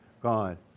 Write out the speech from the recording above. God